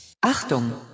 Achtung